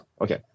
Okay